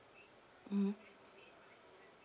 mmhmm